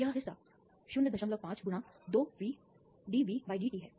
तो यह हिस्सा 05×2VdVdt है